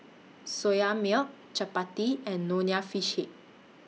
Soya Milk Chappati and Nonya Fish Head